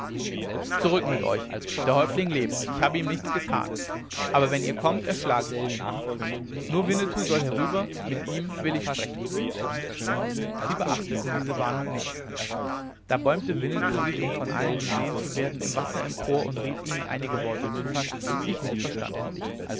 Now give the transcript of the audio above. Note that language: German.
zurück mit euch der häuptling lebt ich habe ihm nichts getan aber wenn ihr kommt erschlage ich ihn nur winnetou soll herüber mit ihm will ich sprechen sie beachteten diese warnung nicht da bäumte winnetou sich um von allen gesehen zu werden im wasser empor und rief ihnen einige worte zu die ich nicht verstand